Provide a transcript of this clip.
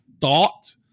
thought